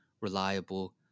reliable